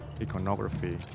iconography